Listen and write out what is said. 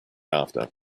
after